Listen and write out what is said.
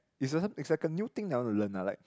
it's like a new thing that I want to learn lah like